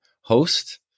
host